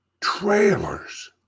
trailers